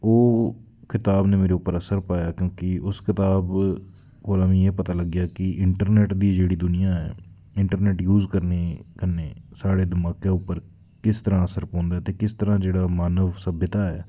ओह् कताब ने मेरे उप्पर असर पाया क्योंकि उस कताब कोला मीं एह् पता लग्गेआ कि इंटरनैट्ट दी जेह्ड़ी दुनिया ऐ इंटरनैट्ट यूज करने कन्नै साढ़े दमाकै उप्पर किस तरहां असर पौंदा ऐ ते किस तरहां जेह्ड़ा मानव सभ्यता ऐ